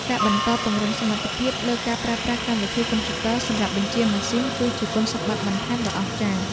ការបន្តពង្រឹងសមត្ថភាពលើការប្រើប្រាស់កម្មវិធីកុំព្យូទ័រសម្រាប់បញ្ជាម៉ាស៊ីន គឺជាគុណសម្បត្តិបន្ថែមដ៏អស្ចារ្យ។